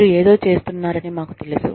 మీరు ఏదో చేస్తున్నారని మాకు తెలుసు